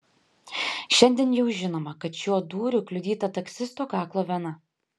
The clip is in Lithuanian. šiandien jau žinoma kad šiuo dūriu kliudyta taksisto kaklo vena